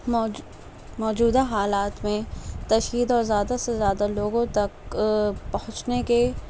موجو موجودہ حالات میں تشہیر اور زیادہ سے زیادہ لوگوں تک پہنچنے کے